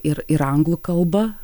ir ir anglų kalbą